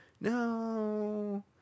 No